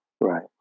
Right